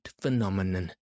phenomenon